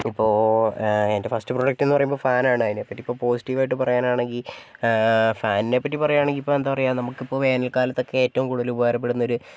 ഇപ്പോൾ എന്റെ first product എന്ന് പറയുമ്പോൾ ഫാൻ ആണ് അതിനെ പറ്റി ഇപ്പോൾ പോസിറ്റീവ് ആയിട്ട് പറയാനാണെങ്കിൽ ഫാനിനെ പറ്റി പറയുവാണെങ്കിൽ ഇപ്പം എന്താണ് പറയുക നമുക്കിപ്പോൾ വേനൽ കാലത്തൊക്കെ ഏറ്റവും കൂടുതൽ ഉപകാരപ്പെടുന്നൊരു